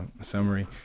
summary